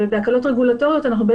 בהקלות רגולטוריות אנחנו,